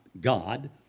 God